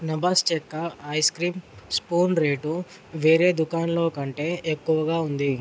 నభాస్ చెక్క ice cream spoon rate వేరే దుకానాల్లో కంటే ఎక్కువగా ఉంది